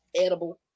Edible